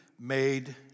made